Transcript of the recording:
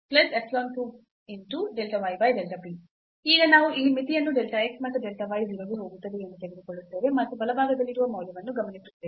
ಈಗ ನಾವು ಇಲ್ಲಿ ಮಿತಿಯನ್ನು delta x ಮತ್ತು delta y 0 ಗೆ ಹೋಗುತ್ತದೆ ಎಂದು ತೆಗೆದುಕೊಳ್ಳುತ್ತೇವೆ ಮತ್ತು ಬಲಭಾಗದಲ್ಲಿರುವ ಮೌಲ್ಯವನ್ನು ಗಮನಿಸುತ್ತೇವೆ